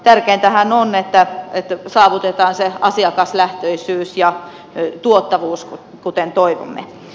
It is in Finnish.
tärkeintähän on että saavutetaan se asiakaslähtöisyys ja tuottavuus kuten toivomme